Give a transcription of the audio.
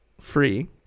free